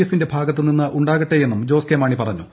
എഫിന്റെ ഭാഗത്തു നിന്നുണ്ടാകട്ടെയെന്നും ജോസ് കെ മാണി പറഞ്ഞു